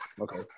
Okay